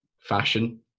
fashion